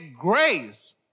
grace